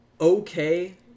okay